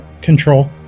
control